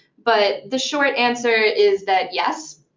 but the short answer is that, yes,